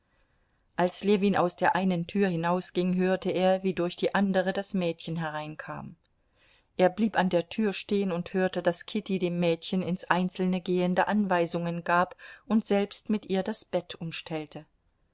als ljewin aus der einen tür hinausging hörte er wie durch die andere das mädchen hereinkam er blieb an der tür stehen und hörte daß kitty dem mädchen ins einzelne gehende anweisungen gab und selbst mit ihr das bett umstellte